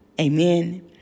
Amen